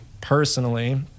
personally